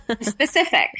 Specific